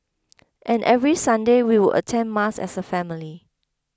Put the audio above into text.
and every Sunday we would attend mass as a family